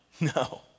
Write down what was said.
No